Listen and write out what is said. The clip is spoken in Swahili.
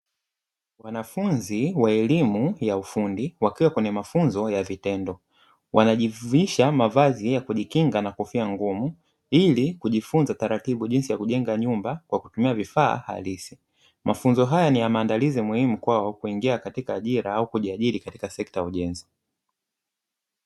Wanafunzi wa elimu ya ufundi wakiwa kwenye mafunzo ya vitendo wanajivisha mavazi ya kujikinga na kofia ngumu ili kujifunza taratibu jinsi ya kujenga nyumba kwa kutumia vifaa halisi, mafunzo haya ni ya maandalizi muhimu kwao kuingia katika ajira au kujiajiri katika sekta ya ujenzi.